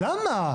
למה?